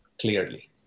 clearly